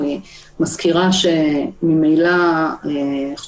אני רוצה להדגיש שוב שהכנסת בעצם דחתה